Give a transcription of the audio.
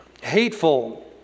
hateful